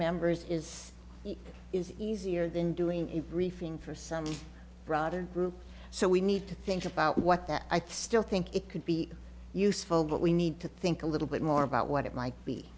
members is is easier than doing a briefing for some broader group so we need to think about what that i thought think it could be useful but we need to think a little bit more about what it might be